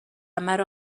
مرا